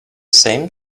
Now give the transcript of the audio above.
same